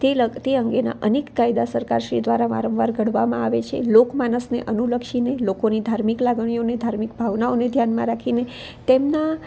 તે લગ તે અંગેના અનેક કાયદા સરકાર શ્રી દ્વારા વારંવાર ઘડવામાં આવે છે લોકમાનસને અનુલક્ષીને લોકોની ધાર્મિક લાગણીઓને ધાર્મિક ભાવનાઓને ધ્યાનમાં રાખીને તેમના